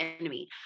enemy